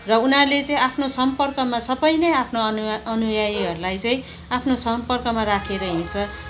र उनीहरूले चाहिँ आफनो सम्पर्कमा सबै नै आफ्नो अनु अनुयायीहरूलाई चाहिँ आफनो सम्पर्कमा राखेर हिड्छ